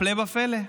הפלא ופלא,